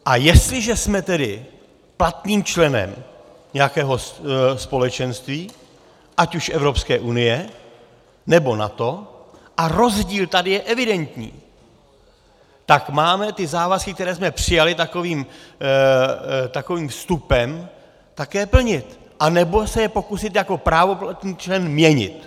A jestliže jsme tedy platným členem nějakého společenství, ať už Evropské unie, nebo NATO, a rozdíl tady je evidentní, tak máme ty závazky, které jsme přijali takovým vstupem, také plnit, anebo se je pokusit jako právoplatný člen měnit.